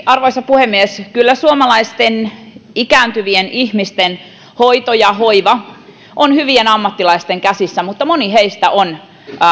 arvoisa puhemies kyllä suomalaisten ikääntyvien ihmisten hoito ja hoiva ovat hyvien ammattilaisten käsissä mutta moni hoitajista on